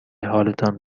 حالتان